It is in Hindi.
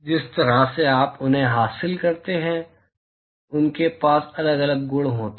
जिस तरह से आप उन्हें हासिल करते हैं उसके पास अलग अलग गुण होते हैं